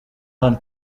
hano